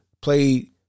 played